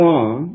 on